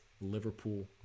Liverpool